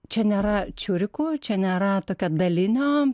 čia nėra čiurikų čia nėra tokio dalinio